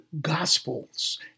Gospels